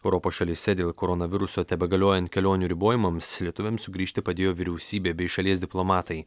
europos šalyse dėl koronaviruso tebegaliojant kelionių ribojimams lietuviams sugrįžti padėjo vyriausybė bei šalies diplomatai